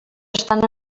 estan